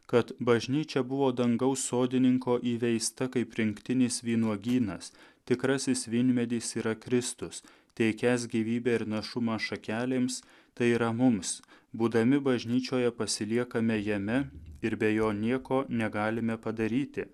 kad bažnyčia buvo dangaus sodininko įveista kaip rinktinis vynuogynas tikrasis vynmedis yra kristus teikiąs gyvybę ir našumą šakelėms tai yra mums būdami bažnyčioje pasiliekame jame ir be jo nieko negalime padaryti